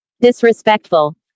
Disrespectful